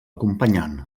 acompanyant